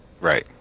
Right